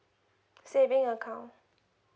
saving account